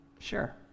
Sure